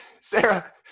Sarah